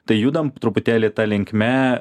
tai judam po truputėlį ta linkme